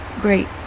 great